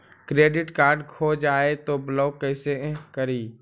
Credit card खो जाए तो ब्लॉक कैसे करी?